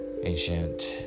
ancient